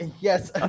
yes